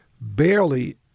Barely